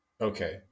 Okay